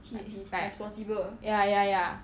like ya ya ya